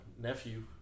nephew